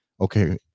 Okay